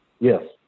Yes